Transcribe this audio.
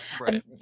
right